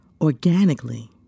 organically